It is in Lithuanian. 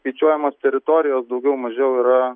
skaičiuojamos teritorijos daugiau mažiau yra